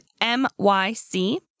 M-Y-C